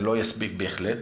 זה לא יספיק בהחלט,